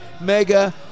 mega